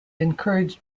encouraged